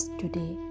today